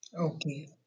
Okay